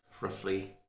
roughly